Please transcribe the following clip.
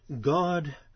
God